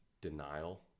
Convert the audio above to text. denial